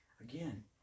again